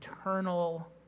eternal